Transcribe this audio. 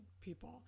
people